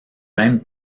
même